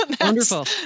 Wonderful